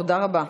תודה רבה.